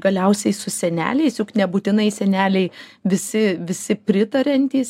galiausiai su seneliais juk nebūtinai seneliai visi visi pritariantys